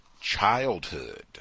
childhood